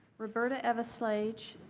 roberta eveslage,